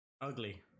Ugly